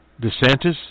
DeSantis